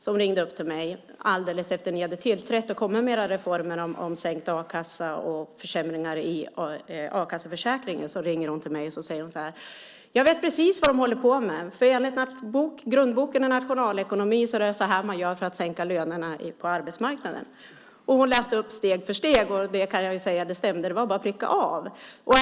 Hon ringde till mig strax efter det att ni hade tillträtt och kommit med era reformer som sänkt a-kassa och försämringar i a-kasseförsäkringen. Hon sade: Jag vet precis vad de håller på med. Enligt grundboken i nationalekonomi är det så här man gör för att sänka lönerna på arbetsmarknaden. Hon läste upp steg för steg. Det stämde. Det var bara att pricka av.